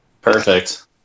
Perfect